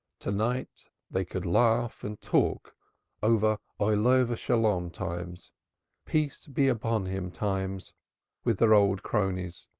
to-night they could laugh and talk over olov hasholom times peace be upon him times with their old cronies,